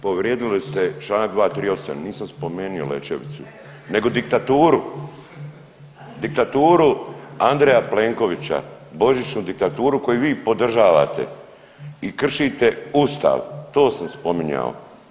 Povrijedili ste čl. 238. nisam spomenuo Lećevicu nego diktaturu Andreja Plenkovića, božićnu diktaturu koju vi podržavate i kršite Ustav, to sam spominjao.